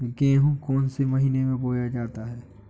गेहूँ कौन से महीने में बोया जाता है?